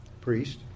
priest